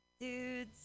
dudes